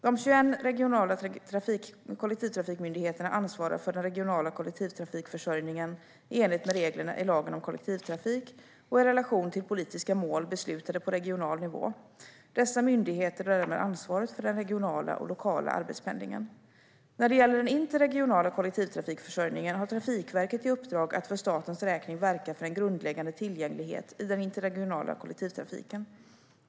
De 21 regionala kollektivtrafikmyndigheterna ansvarar för den regionala kollektivtrafikförsörjningen i enlighet med reglerna i lagen om kollektivtrafik och i relation till politiska mål beslutade på regional nivå. Dessa myndigheter har därmed ansvaret för den regionala och lokala arbetspendlingen. När det gäller den interregionala kollektivtrafikförsörjningen har Trafikverket i uppdrag att för statens räkning verka för en grundläggande tillgänglighet i den interregionala kollektivtrafiken.